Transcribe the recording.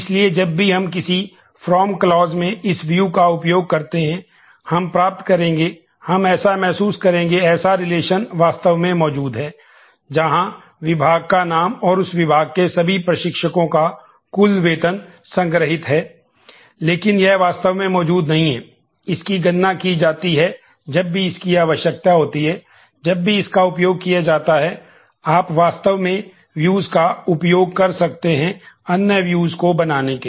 इसलिए जब भी हम किसी फ्रॉम क्लॉज को बनाने के लिए